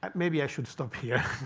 um maybe i should stop here.